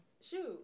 shoot